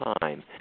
time